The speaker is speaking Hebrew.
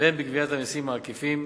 והן בגביית המסים העקיפים.